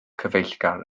cyfeillgar